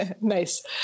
nice